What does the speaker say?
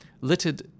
littered